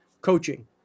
coaching